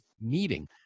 meeting